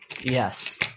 yes